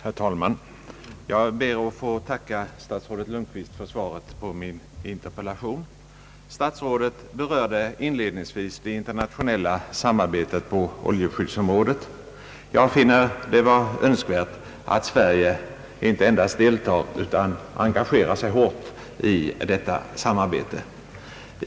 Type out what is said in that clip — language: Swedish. Herr talman! Jag ber att få tacka statsrådet Lundkvist för svaret på min interpellation. Statsrådet berörde inledningsvis det internationella samarbetet på = oljeskyddsområdet. Jag finner det vara önskvärt att Sverige inte endast deltar, utan engagerar sig hårt i detta samarbete.